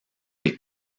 des